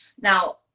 Now